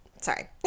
Sorry